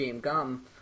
Gum